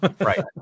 Right